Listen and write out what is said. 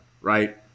right